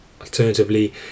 Alternatively